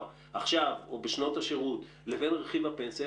עכשיו או בשנות השירות לבין רכיב הפנסיה,